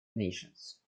nations